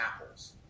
apples